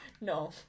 No